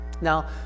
Now